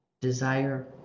desire